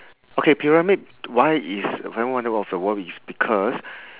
okay pyramid why is seven wonder of the world is because